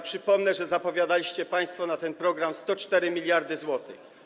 Przypomnę, że zapowiadaliście państwo na ten program 104 mld zł.